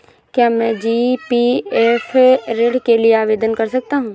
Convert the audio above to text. क्या मैं जी.पी.एफ ऋण के लिए आवेदन कर सकता हूँ?